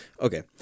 Okay